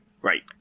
Right